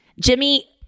Jimmy